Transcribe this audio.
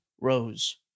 Rose